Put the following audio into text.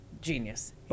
genius